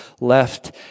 left